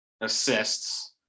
assists